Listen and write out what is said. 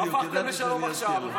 הפכתם לשלום עכשיו,